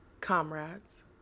comrades